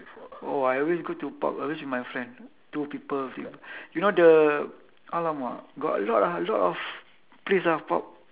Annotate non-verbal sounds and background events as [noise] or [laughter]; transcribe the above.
oh I always go to pub always with my friend two people [noise] you know the alamak got a lot ah a lot of place ah pub